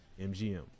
mgm